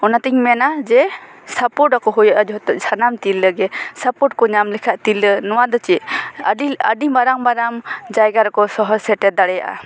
ᱚᱱᱟᱛᱮᱧ ᱢᱮᱱᱟ ᱡᱮ ᱥᱟᱯᱚᱴ ᱟᱠᱚ ᱦᱩᱭᱩᱜᱼᱟ ᱡᱚᱛᱚ ᱥᱟᱱᱟᱢ ᱛᱤᱨᱞᱟᱹ ᱜᱮ ᱥᱟᱯᱚᱴ ᱠᱚ ᱧᱟᱢ ᱞᱮᱠᱷᱟᱡ ᱛᱤᱨᱞᱟᱹ ᱱᱚᱣᱟ ᱫᱚ ᱪᱮᱫ ᱟᱹᱰᱤ ᱟᱹᱰᱤ ᱢᱟᱨᱟᱝ ᱢᱟᱨᱟᱝ ᱡᱟᱭᱜᱟ ᱨᱮᱠᱚ ᱥᱚᱦᱚᱨ ᱥᱮᱴᱮᱨ ᱫᱟᱲᱮᱭᱟᱜᱼᱟ